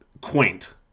quaint